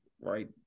right